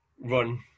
run